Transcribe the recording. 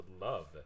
love